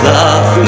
love